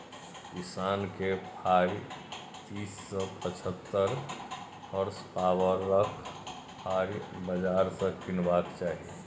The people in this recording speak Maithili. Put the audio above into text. किसान केँ फारी तीस सँ पचहत्तर होर्सपाबरक फाड़ी बजार सँ कीनबाक चाही